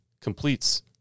completes